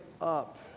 up